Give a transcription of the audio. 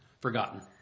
forgotten